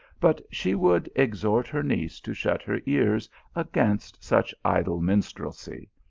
but she would exhort her niece to shut her ears against such idle minstrelsy,